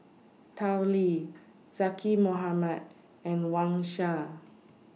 Tao Li Zaqy Mohamad and Wang Sha